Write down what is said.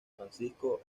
francisco